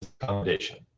accommodation